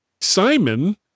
Simon